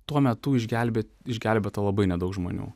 tuo metu išgelbėt išgelbėta labai nedaug žmonių